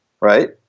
right